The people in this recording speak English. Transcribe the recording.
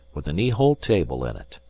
with a knee-hole table in it.